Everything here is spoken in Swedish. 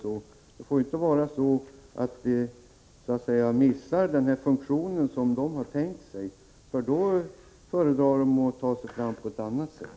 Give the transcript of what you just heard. Om järnvägen inte fyller den funktion som människor har tänkt sig föredrar de att ta sig fram på ett annat sätt.